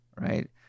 right